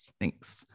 thanks